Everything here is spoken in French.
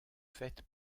faite